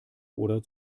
oder